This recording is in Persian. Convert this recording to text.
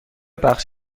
بخش